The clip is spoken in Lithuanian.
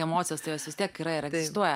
emocijos tai jos vis tiek yra ir egzistuoja